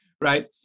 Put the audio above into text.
right